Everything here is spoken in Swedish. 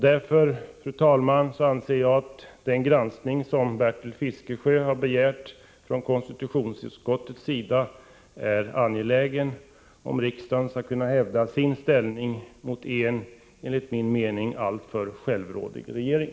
Därför anser jag, fru talman, att den granskning från konstitutionsutskottets sida som Bertil Fiskesjö har begärt är angelägen, om riksdagen skall kunna hävda sin ställning mot en enligt min mening alltför självrådig regering.